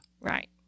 Right